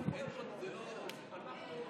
לפחות אל תשקר.